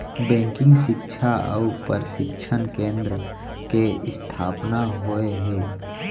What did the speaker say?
banking सिक्छा अउ परसिक्छन केन्द्र के इस्थापना होय हे